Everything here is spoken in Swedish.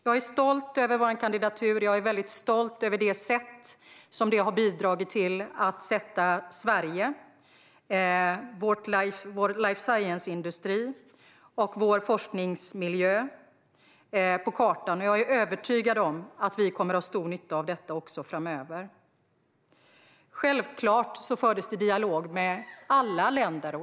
Jag är stolt över vår kandidatur och det sätt på vilket den har bidragit till att sätta Sverige, vår life science-industri och vår forskningsmiljö på kartan. Jag är övertygad om att vi kommer att ha stor nytta av detta även framöver. Självklart fördes dialog med alla länder.